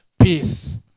Peace